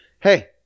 Hey